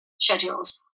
schedules